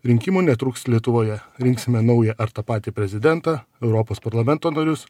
rinkimų netrūks lietuvoje rinksime naują ar tą patį prezidentą europos parlamento narius